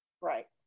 Right